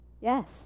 Yes